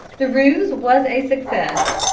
the ruse was a success,